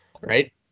right